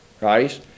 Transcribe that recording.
Right